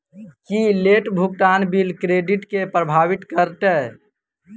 की late भुगतान bill credit केँ प्रभावित करतै?